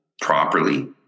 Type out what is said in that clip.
properly